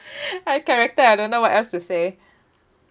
I character I don't know what else to say